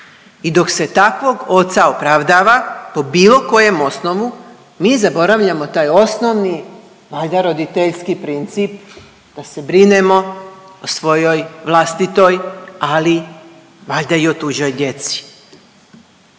I dok se takvog oca opravdava po bilo kojem osnovu mi zaboravljamo taj osnovni valjda roditeljski princip da se brinemo o svojoj vlastitoj, ali valjda i o tuđoj djeci